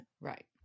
Right